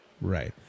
Right